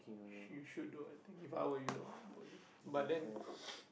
you should do I think If I were you I would probably but then